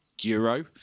euro